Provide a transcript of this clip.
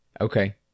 Okay